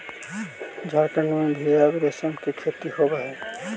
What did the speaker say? झारखण्ड में भी अब रेशम के खेती होवऽ हइ